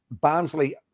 Barnsley